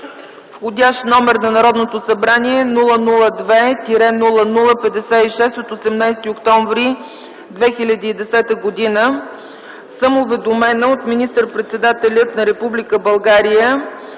входящ номер на Народното събрание 002 00 56 от 18 октомври 2010 г., съм уведомена от министър-председателя на Република България,